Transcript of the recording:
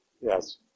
Yes